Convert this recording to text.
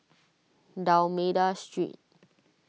D'Almeida Street